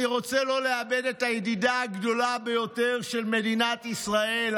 אני לא רוצה לאבד את הידידה הגדולה ביותר של מדינת ישראל,